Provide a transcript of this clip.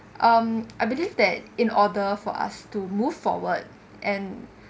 um I believe that in order for us to move forward and